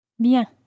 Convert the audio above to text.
Bien